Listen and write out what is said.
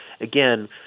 again